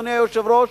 אדוני היושב-ראש,